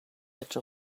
edge